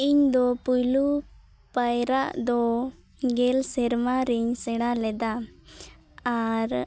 ᱤᱧᱫᱚ ᱯᱳᱭᱞᱳ ᱯᱟᱭᱨᱟᱜᱫᱚ ᱜᱮᱞ ᱥᱮᱨᱢᱟᱨᱮᱧ ᱥᱮᱬᱟᱞᱮᱫᱟ ᱟᱨ